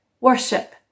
Worship